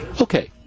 Okay